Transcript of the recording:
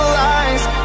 lies